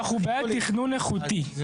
אנחנו בעד תכנון איכותי.